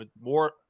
more